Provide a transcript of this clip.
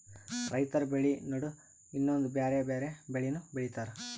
ರೈತರ್ ಬೆಳಿ ನಡು ಇನ್ನೊಂದ್ ಬ್ಯಾರೆ ಬ್ಯಾರೆ ಬೆಳಿನೂ ಬೆಳಿತಾರ್